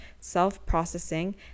self-processing